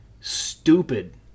stupid